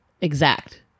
exact